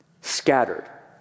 Scattered